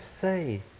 say